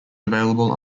available